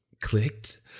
clicked